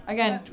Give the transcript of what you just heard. Again